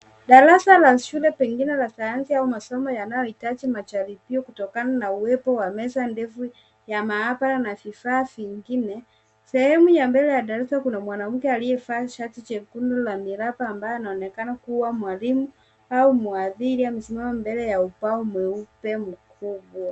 Darasa la shule pengine la sayansi au masomo yanayohitaji majaribio kutokana na uwepo wa meza ndefu ya maabara na vifaa vingine. Sehemu ya mbele ya darasa kuna mwanamke aliyevaa shati jekundu la miraba ambaye anaonekana kuwa mwalimu au mhadhiri amesimama mbele ya ubao mweupe mkubwa.